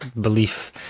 belief